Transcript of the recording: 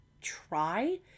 try